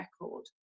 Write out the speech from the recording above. record